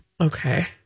Okay